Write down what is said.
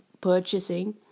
purchasing